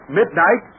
midnight